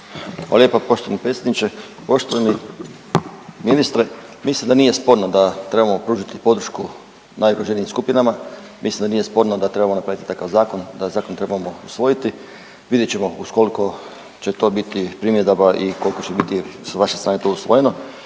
lijepo poštovani predsjedniče. Poštovani ministre, mislim da nije sporno da trebamo pružiti podršku najugroženijim skupinama, mislim da nije sporno da trebamo napraviti takav zakon, da zakon trebamo usvojiti. Vidjet ćemo uz koliko će to biti primjedaba i koliko će biti sa vaše strane to usvojeno